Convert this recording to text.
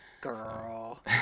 girl